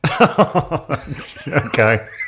Okay